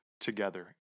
together